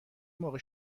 موقع